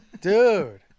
Dude